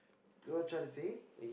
you know what I'm tryna say